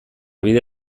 bide